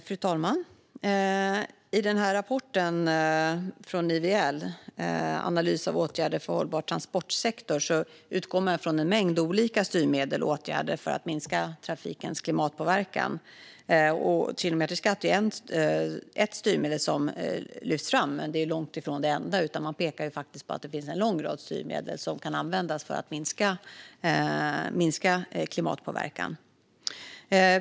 Fru talman! I rapporten från IVL, Transportstudien 2019 - Analys av åtgärder för en hållbar transportsektor utgår man från en mängd olika styrmedel och åtgärder för att minska trafikens klimatpåverkan. Kilometerskatt är ett sådant styrmedel som lyfts fram. Det är dock långt ifrån det enda, utan man pekar på att det finns en lång rad styrmedel som kan användas för att minska klimatpåverkan.